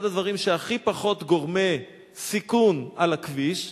אחד הדברים שהם הכי פחות גורמי סיכון על הכביש.